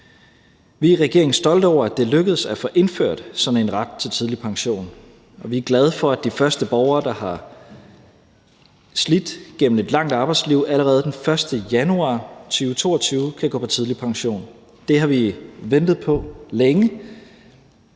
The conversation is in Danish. Vi er i regeringen stolte over, at det er lykkedes at få indført sådan en ret til tidlig pension, og vi er glade for, at de første borgere, der har slidt igennem et langt arbejdsliv, allerede den 1. januar 2022 kan gå på tidlig pension. Det har vi ventet på længe.